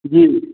जी